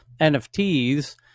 NFTs